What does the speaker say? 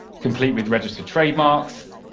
complete with registered trademarks,